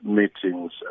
meetings